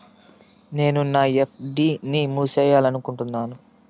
నేను నా ఎఫ్.డి ని మూసేయాలనుకుంటున్నాను